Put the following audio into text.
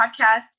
podcast